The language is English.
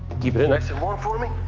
keeping it nice and warm for me?